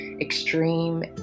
extreme